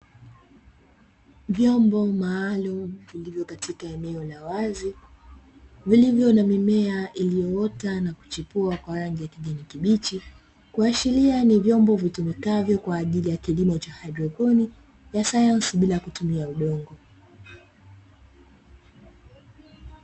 Vyombo maalumu vilivyo katika eneo la wazi vilivyo na mimea iliyoota na kuchipua kwa rangi ya kijani kibichi, kuashiria ni vyombo vitumikavyo kwa ajili ya kilimo cha haidroponi, ya sayansi bila kutumia udongo.